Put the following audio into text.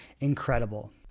incredible